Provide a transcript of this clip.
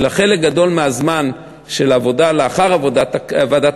אלא חלק גדול מהזמן של העבודה לאחר עבודת ועדת